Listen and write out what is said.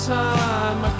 time